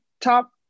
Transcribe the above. top